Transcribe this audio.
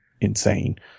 insane